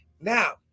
Now